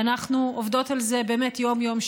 ואנחנו עובדות על זה באמת יום-יום,